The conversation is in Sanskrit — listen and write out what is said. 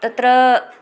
तत्र